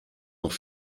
noch